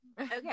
okay